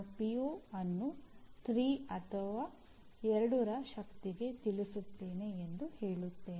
PO ಅನ್ನು 3 ಅಥವಾ 2 ರ ಶಕ್ತಿಗೆ ತಿಳಿಸುತ್ತೇನೆ ಎಂದು ಹೇಳುತ್ತೇನೆ